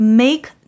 make